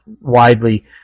widely